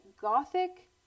gothic